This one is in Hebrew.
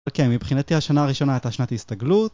אוקיי, מבחינתי השנה הראשונה הייתה שנת הסתגלות